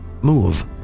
move